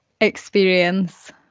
experience